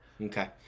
Okay